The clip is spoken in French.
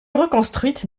reconstruite